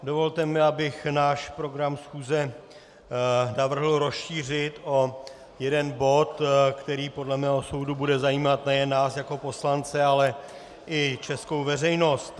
Dovolte mi, abych náš program schůze navrhl rozšířit o jeden bod, který podle mého soudu bude zajímat nejen nás jako poslance, ale i českou veřejnost.